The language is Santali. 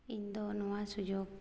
ᱤᱧᱫᱚ ᱱᱚᱣᱟ ᱥᱩᱡᱳᱜᱽ